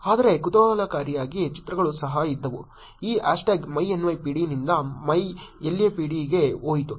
ಆದರೆ ಕುತೂಹಲಕಾರಿಯಾಗಿ ಚಿತ್ರಗಳು ಸಹ ಇದ್ದವು ಈ ಹ್ಯಾಶ್ ಟ್ಯಾಗ್ myNYPD ನಿಂದ myLAPD ಗೆ ಹೋಯಿತು